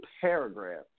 paragraph